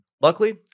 Luckily